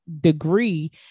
degree